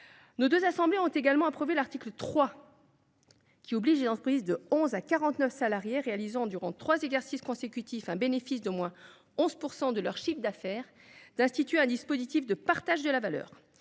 Nos deux assemblées ont également approuvé l’article 3 qui oblige les entreprises de 11 salariés à 49 salariés, ayant réalisé durant trois exercices consécutifs un bénéfice d’au moins 1 % de leur chiffre d’affaires, à instituer un dispositif de partage de la valeur.